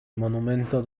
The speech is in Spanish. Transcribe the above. monumento